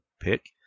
pick